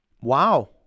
wow